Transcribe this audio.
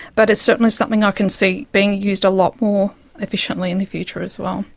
but it's certainly something i can see being used a lot more efficiently in the future as well.